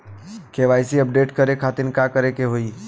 KYC update करे के खातिर का करे के होई?